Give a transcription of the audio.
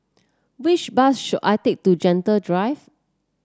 which bus should I take to Gentle Drive